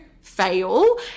fail